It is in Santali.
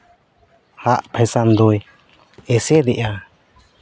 ᱦᱟᱸᱜ ᱯᱷᱮᱥᱮᱱ ᱫᱚᱭ ᱮᱥᱮᱫᱮᱜᱼᱟ